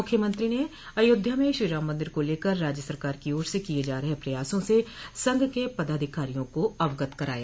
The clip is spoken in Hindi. मुख्यमंत्री ने अयोध्या में श्रीराम मंदिर को लेकर राज्य सरकार की ओर से किये जा रहे प्रयासों से संघ के पदाधिकारियों को अवगत कराया